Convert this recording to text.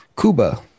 Cuba